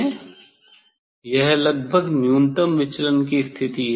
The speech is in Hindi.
यह लगभग न्यूनतम विचलन स्थिति है